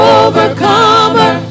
overcomer